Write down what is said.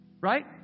right